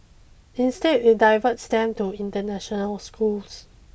instead it diverts them to international schools